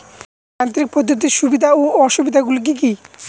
যান্ত্রিক পদ্ধতির সুবিধা ও অসুবিধা গুলি কি কি?